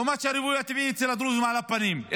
הריבוי הטבעי אצל הדרוזים על הפנים,